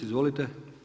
Izvolite!